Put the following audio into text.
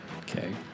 Okay